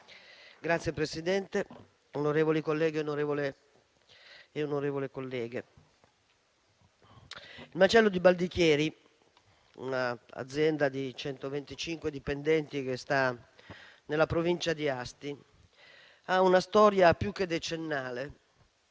Signor Presidente, onorevoli colleghi e colleghe, il macello di Baldichieri, azienda di 125 dipendenti situata nella provincia di Asti, ha una storia più che decennale,